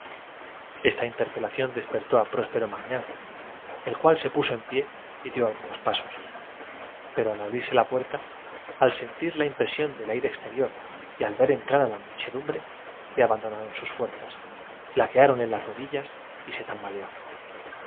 esta interpelación despertó a próspero magnán el cual rugía de que el criminal se había servido se puso en pie y dió algunos pasos pero al abrirse la puerta al sentir la impresión del aire exterior y al ver entrar a la muchedumbre le abandonaron las fuerzas flaqueáronle las rodillas y se tambaleó